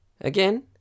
Again